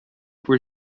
por